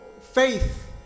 faith